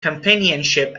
companionship